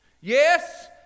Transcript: Yes